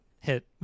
hit